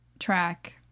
track